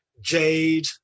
jade